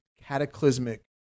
cataclysmic